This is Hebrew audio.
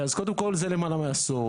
אז קודם כל זה למעלה מעשור.